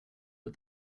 but